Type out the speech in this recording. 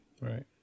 Right